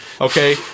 Okay